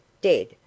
dead